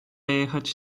jechać